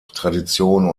tradition